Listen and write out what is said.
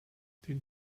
did